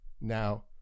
now